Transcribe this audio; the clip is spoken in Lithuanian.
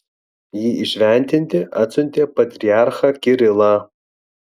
jį įšventinti atsiuntė patriarchą kirilą